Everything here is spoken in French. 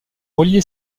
relier